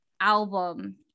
album